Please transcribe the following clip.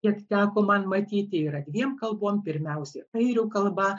kiek teko man matyti yra dviem kalbom pirmiausia airių kalba